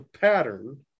Pattern